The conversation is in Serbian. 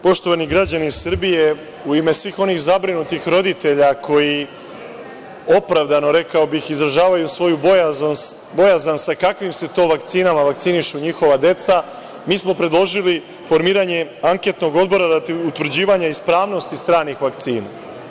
Poštovani građani Srbije, u ime svih onih zabrinutih roditelja koji opravdano, rekao bih, izražavaju svoju bojazan sa kakvim se to vakcinama vakcinišu njihova deca, mi smo predložili formiranje anketnog odbora radi utvrđivanja ispravnosti stranih vakcina.